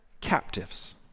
captives